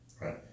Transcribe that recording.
right